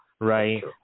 right